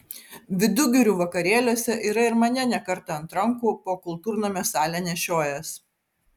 vidugirių vakarėliuose yra ir mane ne kartą ant rankų po kultūrnamio salę nešiojęs